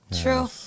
True